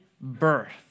birth